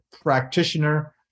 practitioner